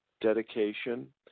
dedication